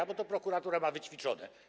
A to prokuratura ma wyćwiczone.